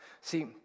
See